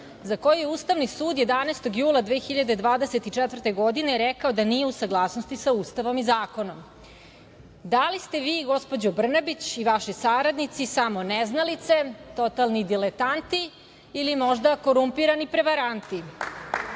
za koju je Ustavni sud 12. jula 2024. godine rekao da nije u saglasnosti sa Ustavom i zakonom. Da li ste vi gospođo Brnabić, samoneznalice, totalni diletanti, ili možda korumpirani prevaranti,